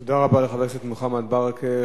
תודה רבה לחבר הכנסת מוחמד ברכה.